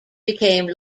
became